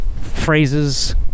phrases